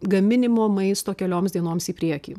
gaminimo maisto kelioms dienoms į priekį